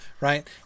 right